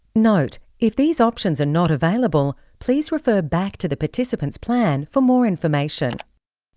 note if these options are not available, please refer back to the participant's plan for more information.